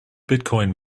bitcoin